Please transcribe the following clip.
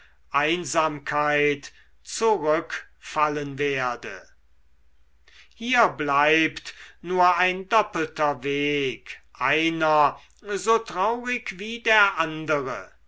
einsamkeit zurückfallen werde hier bleibt nur ein doppelter weg einer so traurig wie der andere